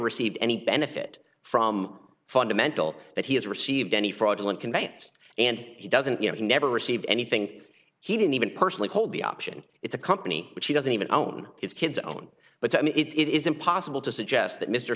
received any benefit from fundamental that he has received any fraudulent conveyance and he doesn't know he never received anything he didn't even personally hold the option it's a company which he doesn't even own his kids own but i mean it is impossible to suggest that mr